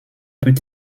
peut